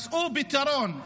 מצאו פתרון,